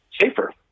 safer